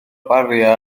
bariau